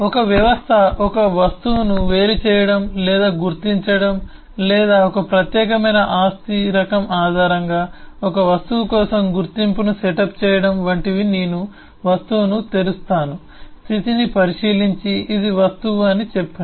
ఒక వ్యవస్థ ఒక వస్తువును వేరు చేయడం లేదా గుర్తించడం లేదా ఒక ప్రత్యేకమైన ఆస్తి రకం ఆధారంగా ఒక వస్తువు కోసం గుర్తింపును సెటప్ చేయడం వంటివి నేను వస్తువును తెరుస్తాను స్థితిని పరిశీలించి ఇది వస్తువు అని చెప్పండి